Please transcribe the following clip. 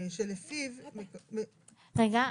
שלפיו --- רגע,